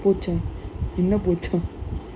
போச்சா என்ன போச்சு:pochaa enna pochu